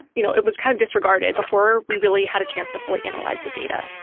you know, it was kind of disregarded before we really had a chance to fully analyze the data.